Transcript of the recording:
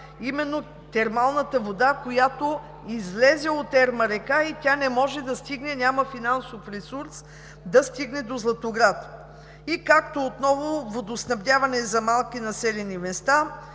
на термалната вода, която излезе от река Ерма и тя не може да стигне, няма финансов ресурс да стигне до Златоград. Както отново водоснабдяване за малки населени места